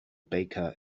baker